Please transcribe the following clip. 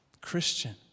Christian